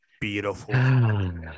Beautiful